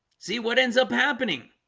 see what ends up happening